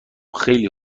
خیلی